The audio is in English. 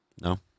no